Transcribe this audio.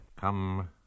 Come